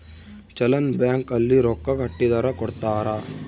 challan bank ಅಲ್ಲಿ ರೊಕ್ಕ ಕಟ್ಟಿದರ ಕೋಡ್ತಾರ